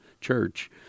church